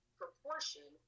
proportion